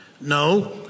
no